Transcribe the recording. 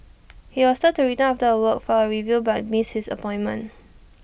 he was after A week for A review but missed his appointment